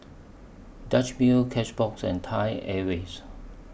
Dutch Mill Cashbox and Thai Airways